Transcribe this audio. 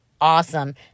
awesome